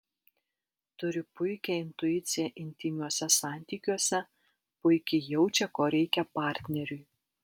turi puikią intuiciją intymiuose santykiuose puikiai jaučia ko reikia partneriui